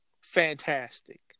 fantastic